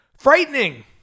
Frightening